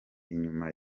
inyuma